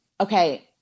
okay